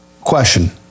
Question